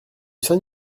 saint